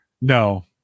no